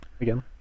again